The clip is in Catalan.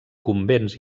convents